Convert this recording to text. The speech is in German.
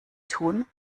tun